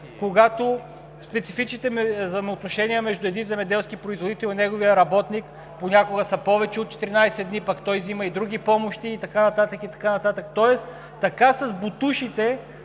когато специфичните взаимоотношения между един земеделски производител и неговият работник понякога са повече от 14 дни, пък той взима и други помощи и така нататък, и така нататък. Тоест така – с ботушите,